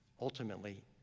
ultimately